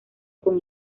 con